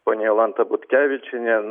ponia jolanta butkevičienė